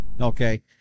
Okay